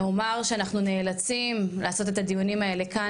נאמר שאנחנו נאלצים לעשות את הדיונים האלה כאן